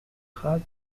hutt